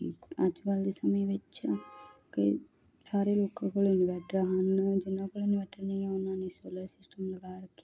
ਅਤੇ ਅੱਜ ਕੱਲ੍ਹ ਦੇ ਸਮੇਂ ਵਿੱਚ ਕਈ ਸਾਰੇ ਲੋਕਾਂ ਕੋਲ ਇੰਨਵੈਟਰ ਹਨ ਜਿਨ੍ਹਾਂ ਕੋਲ ਇੰਨਵੈਟਰ ਨਹੀਂ ਆ ਉਹਨਾਂ ਨੇ ਸੋਲਰ ਸਿਸਟਮ ਲਗਾ ਰੱਖਿਆ